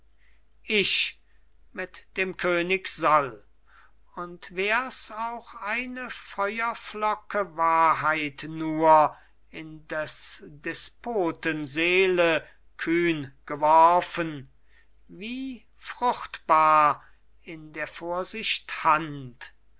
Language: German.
ich mit dem könig soll und wärs auch eine feuerflocke wahrheit nur in des despoten seele kühn geworfen wie fruchtbar in der vorsicht hand